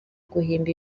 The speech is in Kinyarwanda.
guhimba